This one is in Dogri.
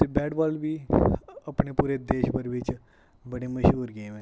ते बैट बॉल बी अपने देशभर च बड़ी मशहूर गेम ऐ